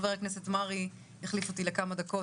חבר הכנסת מרעי יחליף אותי לכמה דקות,